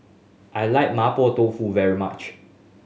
I like Mapo Tofu very much